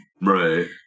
Right